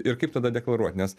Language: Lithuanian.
ir kaip tada deklaruot nes